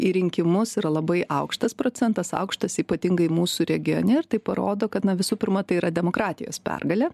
į rinkimus yra labai aukštas procentas aukštas ypatingai mūsų regione ir tai parodo kad na visų pirma tai yra demokratijos pergalė